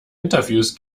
interviews